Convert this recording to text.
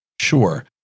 Sure